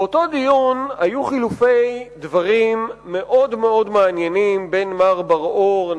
באותו דיון היו חילופי דברים מאוד מאוד מעניינים בין מר בר-אור,